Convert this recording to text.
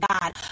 God